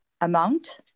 amount